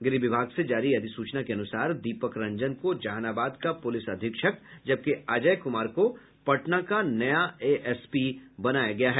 गृह विभाग से जारी अधिसूचना के अनुसार दीपक रंजन को जहानाबाद का पुलिस अधीक्षक जबकि अजय कुमार को पटना का नया एएसपी बनाया गया है